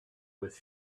with